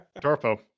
Torpo